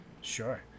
sure